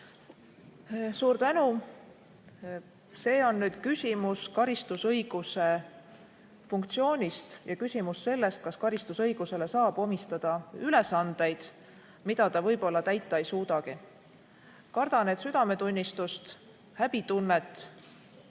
Suur tänu! See on nüüd küsimus karistusõiguse funktsioonist ja sellest, kas karistusõigusele saab omistada ülesandeid, mida ta võib-olla täita ei suudagi. Kardan, et südametunnistust, häbitunnet